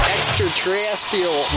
Extraterrestrial